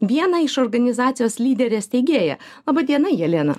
vieną iš organizacijos lyderė steigėją laba diena jelena